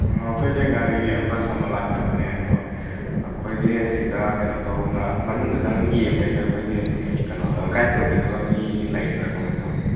ꯑꯥ ꯑꯩꯈꯣꯏꯖꯦ ꯒꯥꯔꯤ ꯕꯁ ꯑꯃ ꯂꯥꯛꯆꯕꯅꯦ ꯑꯗꯣ ꯑꯈꯣꯏꯒꯤ ꯁꯤꯗ ꯀꯩꯅꯣ ꯇꯧꯕꯃ ꯃꯅꯨꯡꯗ ꯆꯪꯉꯒ ꯌꯦꯡꯕꯖꯤꯗ ꯑꯩꯈꯣꯏꯒꯤ ꯀꯩꯅꯣꯗꯣ ꯒꯥꯏꯗ ꯇꯧꯕꯤꯅꯕ ꯃꯤ ꯂꯩꯒꯗ꯭ꯔꯥ ꯀꯃꯥꯏ ꯇꯧꯅꯤ